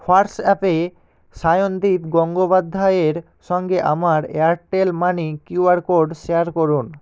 হোয়াটসঅ্যাপে সায়নদীপ গঙ্গোপাধ্যায়ের সঙ্গে আমার Airtel money QR code share করুন